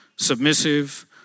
Submissive